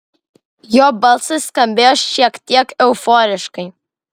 jo balsas skambėjo šiek tiek euforiškai